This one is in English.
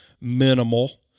minimal